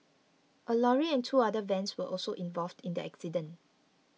a lorry and two other vans were also involved in the accident